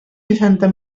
seixanta